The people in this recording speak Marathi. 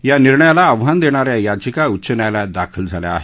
या निर्णयाला आव्हान देणा या याचिका उच्च न्यायालयात दाखल झाल्या आहेत